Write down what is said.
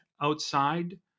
outside